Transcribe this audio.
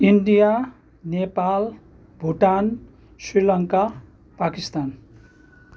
India Nepal Bhutan Sri Lanka Pakistan